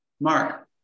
Mark